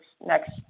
next